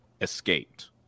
escaped